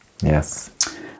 Yes